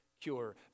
cure